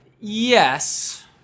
Yes